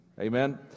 Amen